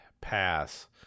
pass